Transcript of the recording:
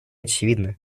очевидна